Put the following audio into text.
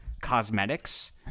Cosmetics